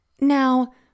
Now